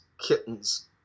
kittens